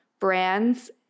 brands